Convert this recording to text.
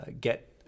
get